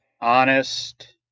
honest